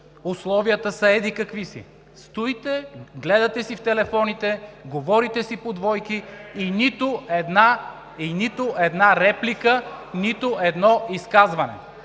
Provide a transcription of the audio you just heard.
Условията са еди-какви си.“ Стоите, гледате си в телефоните, говорите си по двойки и нито една реплика, нито едно изказване.